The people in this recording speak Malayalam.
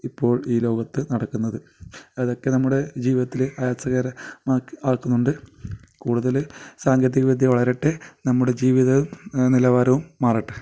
ഇപ്പോൾ ഈ ലോകത്ത് നടക്കുന്നത് അതൊക്കെ നമ്മുടെ ജീവിതത്തിൽ രസകര മാ ആക്കുന്നുണ്ട് കൂടുതൽ സാങ്കേതിക വിദ്യ വളരട്ടെ നമ്മുടെ ജീവിതം നിലവാരവും മാറട്ടെ